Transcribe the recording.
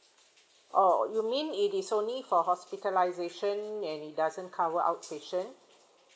oh you mean it is only for hospitalization and it doesn't cover outpatient